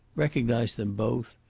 recognised them both,